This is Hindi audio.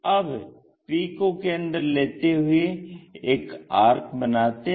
अब p को केंद्र लेते हुए एक आर्क बनाते है